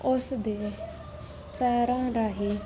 ਉਸਦੇ ਪੈਰਾਂ ਰਾਹੀਂ